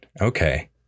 Okay